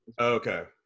Okay